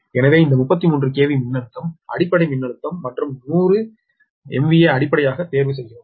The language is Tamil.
எனவே இந்த 33 KV மின்னழுத்தம் அடிப்படை மின்னழுத்தம் மற்றும் 100 MVA அடிப்படையாக தேர்வு செய்கிறோம்